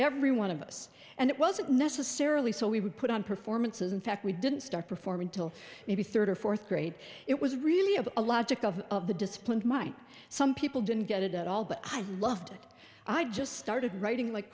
every one of us and it wasn't necessarily so we would put on performances in fact we didn't start performing till maybe third or fourth grade it was really of a logic of the disciplined might some people didn't get it at all but i loved it i just started writing like